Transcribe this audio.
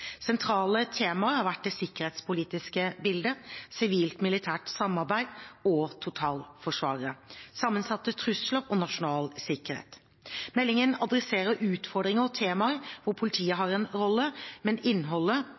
Sentrale temaer har vært det sikkerhetspolitiske bildet, sivilt-militært samarbeid og totalforsvaret, sammensatte trusler og nasjonal sikkerhet. Meldingen adresserer utfordringer og temaer hvor politiet har en rolle, men